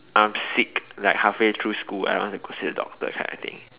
I'm sick like halfway through school and I don't wanna go see the doctor kind of thing